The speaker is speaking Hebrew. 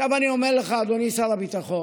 עכשיו, אני אומר לך, אדוני שר הביטחון: